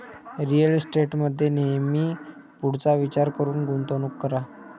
real इस्टेटमध्ये नेहमी पुढचा विचार करून गुंतवणूक करा